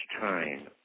time